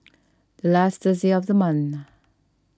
the last Thursday of the month